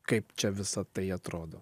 kaip čia visa tai atrodo